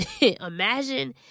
imagine